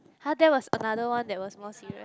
!huh! that was another one that was more serious